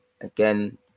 again